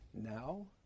now